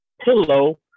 pillow